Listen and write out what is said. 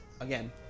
again